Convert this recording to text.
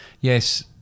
Yes